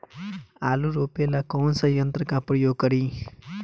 आलू रोपे ला कौन सा यंत्र का प्रयोग करी?